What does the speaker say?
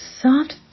Soft